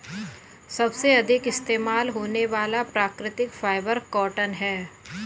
सबसे अधिक इस्तेमाल होने वाला प्राकृतिक फ़ाइबर कॉटन है